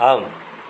ஆம்